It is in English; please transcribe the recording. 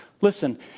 Listen